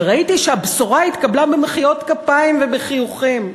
וראיתי שהבשורה התקבלה במחיאות כפיים ובחיוכים.